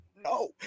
no